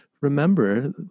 remember